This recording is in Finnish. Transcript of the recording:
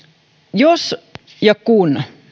jos ja kun